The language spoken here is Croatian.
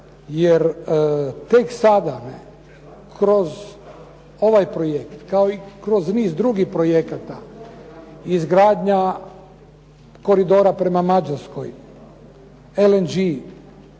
jer tek sada kroz ovaj projekt, kao i kroz niz drugih projekata izgradnja koridora prema Mađarskoj, LNG